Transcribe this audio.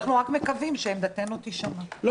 זה לא